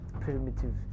primitive